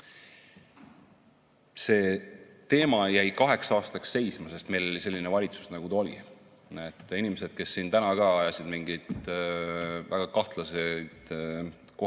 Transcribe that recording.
See teema jäi kaheks aastaks seisma, sest meil oli selline valitsus, nagu ta oli. Inimesed, kes ka täna siin ajasid mingeid väga kahtlasi, kohati